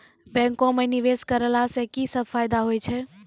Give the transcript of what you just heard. बैंको माई निवेश कराला से की सब फ़ायदा हो छै?